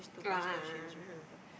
oh a'ah a'ah a'ah